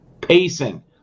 pacing